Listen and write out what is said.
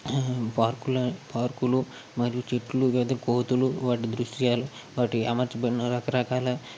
పార్కుల పార్కులు మరియు చెట్లు మీద కోతులు వాటి దృశ్యాలు వాటి అమర్చబడిన రకరకాల